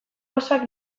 gozoak